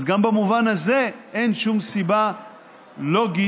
אז גם במובן הזה אין שום סיבה לוגית